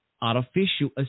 artificial